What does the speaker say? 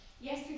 yes